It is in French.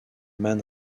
man